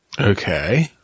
Okay